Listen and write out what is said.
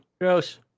gross